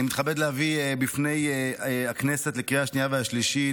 אני מתכבד להביא בפני הכנסת לקריאה השנייה והשלישית